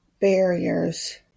barriers